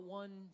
one